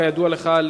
כידוע לך,